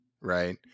right